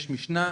יש משנה,